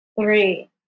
three